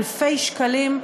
אלפי שקלים,